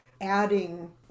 adding